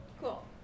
Cool